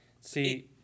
See